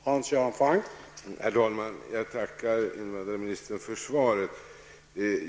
Herr talman! Jag tackar invandrarministern för svaret.